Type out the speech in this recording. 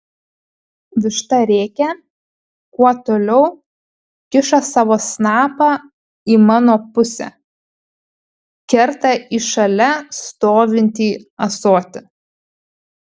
višta rėkia kuo toliau kiša savo snapą į mano pusę kerta į šalia stovintį ąsotį